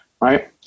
right